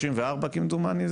כמדומני,